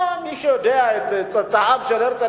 מי שיודע על צאצאיו של הרצל,